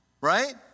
right